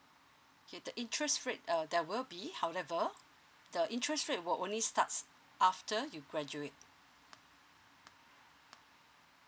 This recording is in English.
okay the interest rate uh there will be however the interest rate will only starts after you graduate